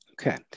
Okay